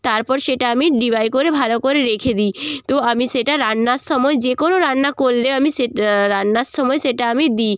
তারপর সেটা আমি ডিবায় করে ভালো করে রেখে দিই তো আমি সেটা রান্নার সময় যে কোনো রান্না করলে আমি সেট্ রান্নার সময় সেটা আমি দিই